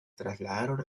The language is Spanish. trasladaron